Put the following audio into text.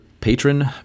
Patron